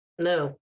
No